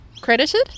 credited